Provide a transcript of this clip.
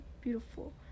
beautiful